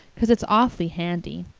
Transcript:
cause it's awful handy,